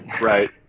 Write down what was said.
Right